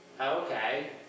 Okay